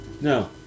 No